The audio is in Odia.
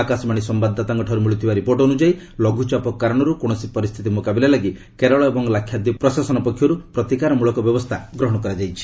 ଆକାଶବାଣୀ ସମ୍ଭାଦଦାତାଙ୍କଠାରୁ ମିଳିଥିବା ରିପୋର୍ଟ ଅନୁଯାୟୀ ଲଘୁଚାପ କାରଣରୁ କୌଣସି ପରିସ୍ଥିତି ମୁକାବିଲା ଲାଗି କେରଳ ଏବଂ ଲାକ୍ଷାଦ୍ୱୀପ ପ୍ରଶାସନିକ ପକ୍ଷରୁ ପ୍ରତିକାର ମୂଳକ ବ୍ୟବସ୍ଥା ଗ୍ରହଣ କରାଯାଇଛି